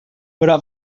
però